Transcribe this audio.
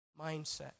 mindset